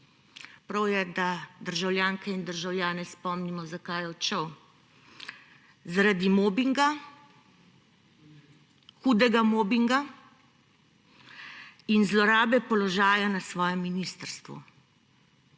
Prav je, da državljanke in državljane spomnimo, zakaj je odšel – zaradi mobinga, hudega mobinga in zlorabe položaja na svojem ministrstvu.